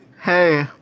Hey